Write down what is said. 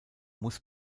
muss